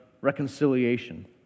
reconciliation